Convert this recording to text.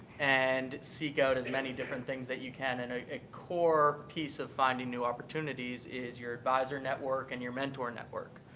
and seek out as many different things that you can. and a core piece of finding new opportunities is your adviser network and your mentor network.